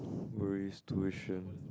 Morris-tuition